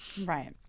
Right